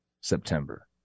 September